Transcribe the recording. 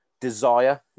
desire